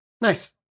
Nice